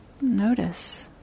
Notice